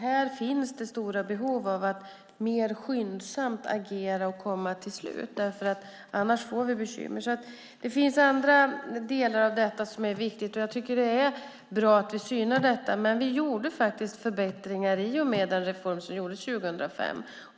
Här finns det stora behov av att agera mer skyndsamt och komma till slut, för annars får vi bekymmer. Det finns alltså flera delar i detta som är viktigt, och det är bra att vi synar det. Vi gjorde dock förbättringar i och med reformen 2005.